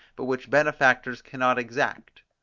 but which benefactors can not exact.